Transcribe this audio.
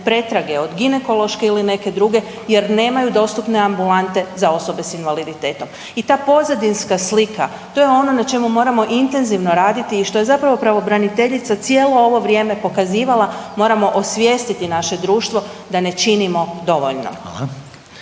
pretrage, od ginekološke ili neke druge jer nemaju dostupne ambulante za osobe s invaliditetom i ta pozadinska slika, to je ono na čemu moramo intenzivno raditi i što je zapravo pravobraniteljica cijelo ovo vrijeme pokazivala, moramo osvijestiti naše društvo da ne činimo dovoljno.